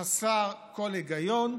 חסר כל היגיון,